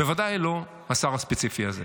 בוודאי לא השר הספציפי הזה.